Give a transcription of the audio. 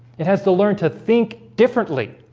it has to learn to think differently